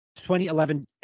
2011